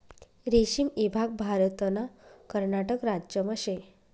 रेशीम ईभाग भारतना कर्नाटक राज्यमा शे